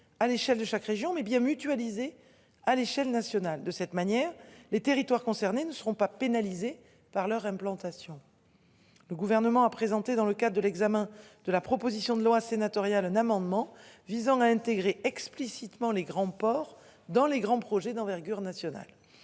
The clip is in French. à l'échelle de chaque région mais bien mutualisés. À l'échelle nationale de cette manière les territoires concernés ne seront pas pénalisés par leur implantation. Le gouvernement a présenté dans le cas de l'examen de la proposition de loi sénatoriale un amendement visant à intégrer explicitement les grands ports dans les grands projets d'envergure nationale.